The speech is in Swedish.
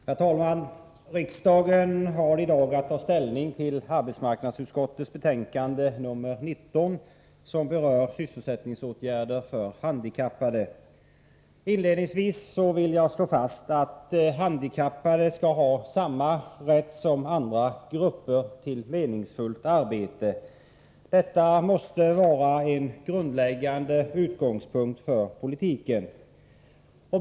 Herr talman! Riksdagen har i dag att ta ställning till arbetsmarknadsutskottets betänkande nr 19 som berör sysselsättningsåtgärder för handikappade. Inledningsvis vill jag slå fast att handikappade skall ha samma rätt som andra grupper till meningsfullt arbete. Detta måste vara en grundläggande utgångspunkt för politiken.